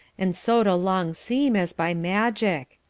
and sewed a long seam as by magic.